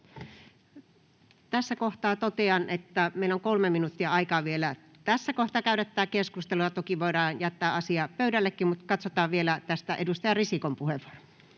Tässä kohtaa totean, että meillä on 3 minuuttia aikaa vielä tässä kohtaa käydä tätä keskustelua. Toki voidaan jättää asia pöydällekin, mutta katsotaan vielä edustaja Risikon puheenvuoro.